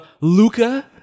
Luca